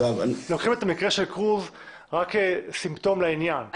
לוקחים את המקרה של קרוז רק סימפטום לעניין,